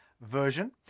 version